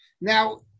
Now